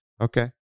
okay